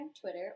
Twitter